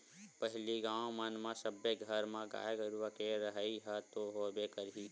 पहिली गाँव मन म सब्बे घर म गाय गरुवा के रहइ ह तो होबे करही